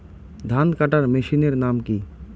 ধান কাটার মেশিনের নাম কি?